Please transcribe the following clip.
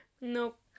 Nope